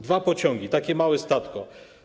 Dwa pociągi, takie małe stadko.